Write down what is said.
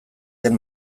den